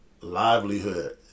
livelihood